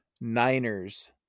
Niners